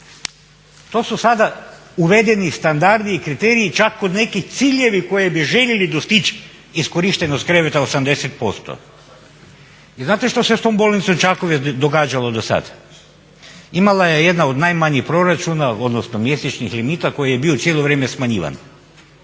To su sada uvedeni standardi i kriteriji čak kod nekih i ciljevi koje bi željeli dostići iz korištenost kreveta 80%. I znate što se s tom Bolnicom Čakovec događalo do sad? Imala je jedan od najmanjih proračuna odnosno mjesečnih limita koji je bio cijelo vrijeme smanjivan